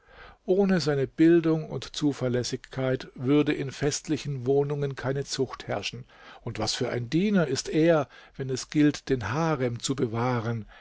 ohne seine bildung und zuverlässigkeit würde in festlichen wohnungen keine zucht herrschen und was für ein diener ist er wenn es gilt den harem zu bewahren